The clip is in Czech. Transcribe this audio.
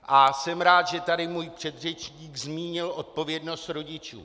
A jsem rád, že tady můj předřečník zmínil odpovědnost rodičů.